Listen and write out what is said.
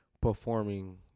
performing